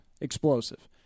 explosive